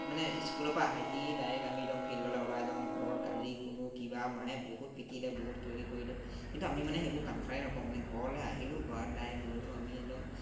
মানে স্কুলৰ পৰা আহি ডাইৰেক্ট আমি একদম ফিল্ডলৈ ওলাই যাওঁ ঘৰত গালি শুনো কিবা মায়ে বহুত পিটিলে বহুত কিবা কি কৰিলে কিন্তু আমি মানে সেইবোৰ কাণষাৰেই নকৰোঁ মানে ঘৰলৈ আহিলোঁ ঘৰত ডাইৰেক্ট গৈ আমি একদম